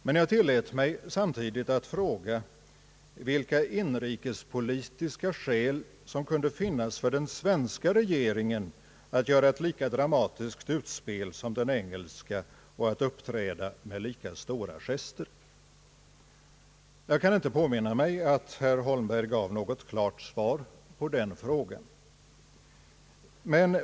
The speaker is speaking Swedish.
Men jag tillät mig samtidigt att fråga vilka inrikespolitiska skäl som kunde finnas för den svenska regeringen att göra ett lika dramatiskt utspel som den engelska och uppträda med lika stora gester. Jag kan inte påminna mig att herr Holmberg gav något klart svar på den frågan.